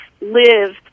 live